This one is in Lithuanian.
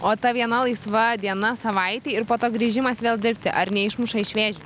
o ta viena laisva diena savaitėj ir po to grįžimas vėl dirbti ar neišmuša iš vėžių